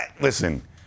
Listen